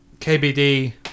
KBD